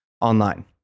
online